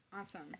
Awesome